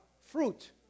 Fruit